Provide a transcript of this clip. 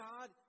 God